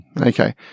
Okay